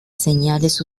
señales